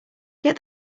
get